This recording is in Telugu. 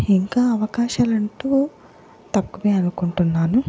ఇంకా అవకాశాలంటూ తక్కువే అనుకుంటున్నాను